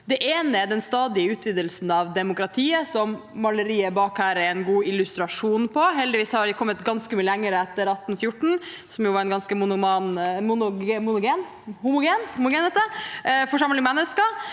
Den ene er den stadige utvidelsen av demokratiet, som maleriet bak her er en god illustrasjon på. Heldigvis har vi kommet ganske mye lenger etter 1814. Da var det en ganske homogen forsamling mennesker,